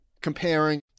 comparing